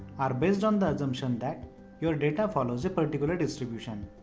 are based on the assumption that your data follow a particular distribution.